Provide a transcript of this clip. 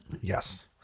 Yes